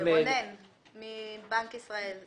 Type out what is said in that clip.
בנק ישראל.